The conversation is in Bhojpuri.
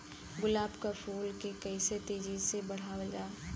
गुलाब क फूल के कइसे तेजी से बढ़ावल जा?